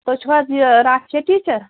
تُہۍ چھُو حظ یہِ رافِیا ٹیٖچَر